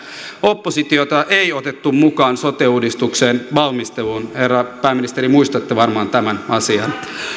oppositiota ei otettu mukaan sote uudistuksen valmisteluun herra pääministeri muistatte varmaan tämän asian